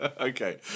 Okay